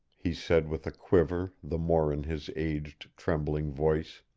he said with a quiver the more in his aged, trembling voice